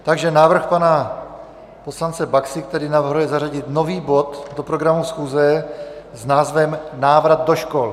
Takže návrh pana poslance Baxy, který navrhuje zařadit nový bod do programu schůze s názvem Návrat do škol.